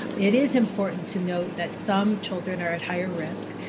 it is important to note that some children are at higher risk.